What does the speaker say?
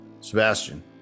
Sebastian